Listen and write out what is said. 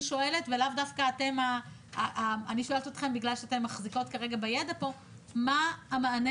אני שואלת אתכן כי אתן מחזיקות כרגע בידע פה: מה המענה